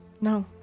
no